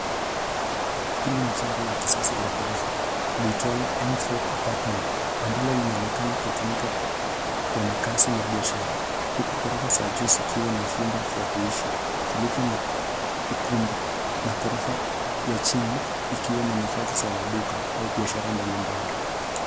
Hili ni jengo la kisasa la ghorofa liitwalo M4 Apartments ambalo linaonekana kutumika kwa makazi na biashara, huku ghorofa za juu zikiwa na vyumba vya kuishi vilivyo na ukumbi na ghorofa ya chini ikiwa na nafasi za maduka au biashara mbalimbali.